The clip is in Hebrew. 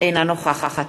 אינה נוכחת